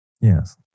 Yes